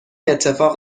اتفاق